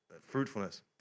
fruitfulness